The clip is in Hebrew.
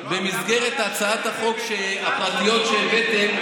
במסגרת הצעות החוק הפרטיות שהבאתם,